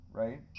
right